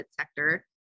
sector